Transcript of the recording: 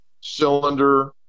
cylinder